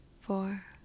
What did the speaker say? four